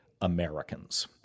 Americans